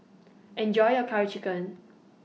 Enjoy your Curry Chicken